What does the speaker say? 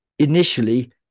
initially